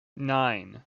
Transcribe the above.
nine